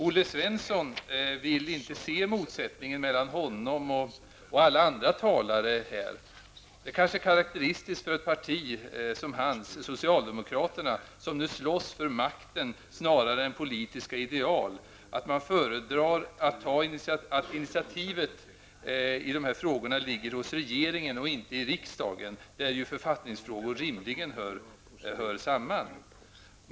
Olle Svensson ville inte se motsättningen mellan sig och alla andra talare här. Det kanske är karakteristiskt för ett parti som hans, socialdemokraterna, som nu slåss för makten snarare än politiska idéal, att man föredrar att initiativet i de här frågorna ligger hos regeringen och inte i riksdagen, där ju författningsfrågor rimligen hör hemma.